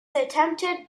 attempted